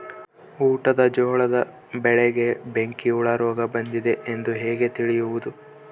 ಊಟದ ಜೋಳದ ಬೆಳೆಗೆ ಬೆಂಕಿ ಹುಳ ರೋಗ ಬಂದಿದೆ ಎಂದು ಹೇಗೆ ತಿಳಿಯುವುದು?